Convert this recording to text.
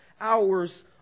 hours